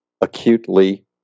acutely